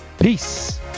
Peace